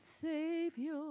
Savior